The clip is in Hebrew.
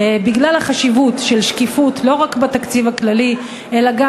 בגלל החשיבות של השקיפות לא רק בתקציב הכללי אלא גם,